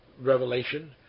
revelation